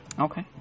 Okay